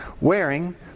wearing